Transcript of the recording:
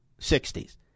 60s